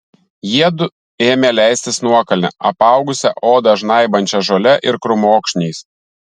jiedu ėmė leistis nuokalne apaugusia odą žnaibančia žole ir krūmokšniais